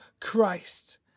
Christ